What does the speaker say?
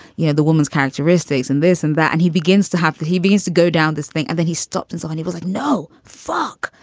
you know, the woman's characteristics and this and that. and he begins to have that. he begins to go down this thing and then he stops and so on he was like, no, fuck,